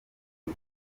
iki